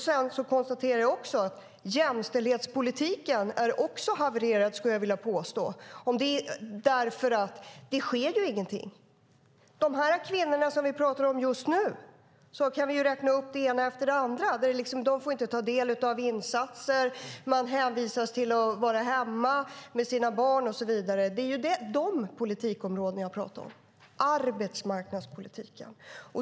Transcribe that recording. Jag konstaterade också att jämställdhetspolitiken har havererat eftersom det inte sker någonting. Vi kan räkna upp det ena efter det andra. De kvinnor som vi pratar om just nu får inte ta del av insatser. De hänvisas till att vara hemma med sina barn. De är de politikområdena jag pratar om, nämligen arbetsmarknadspolitiken.